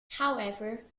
however